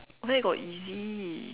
where got easy